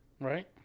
Right